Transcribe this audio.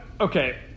okay